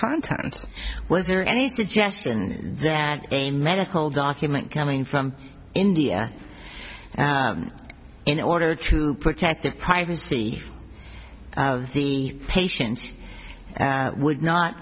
contents was there any suggestion that in medical document coming from india and in order to protect the privacy of the patients and would not